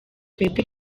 twebwe